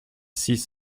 six